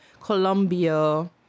Colombia